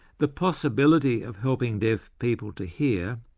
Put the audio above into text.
the possibility of helping deaf people to hear,